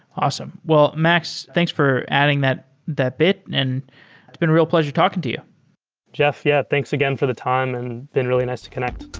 awesome. well, max, thanks for adding that that bit, and it's been a real pleasure talking to you jeff, yeah, thanks again for the time, and been really nice to connect.